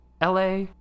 la